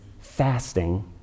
fasting